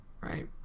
right